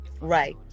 right